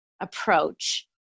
approach